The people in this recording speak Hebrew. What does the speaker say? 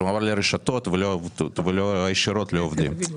זה מועבר לרשתות ולא ישירות לעובדים.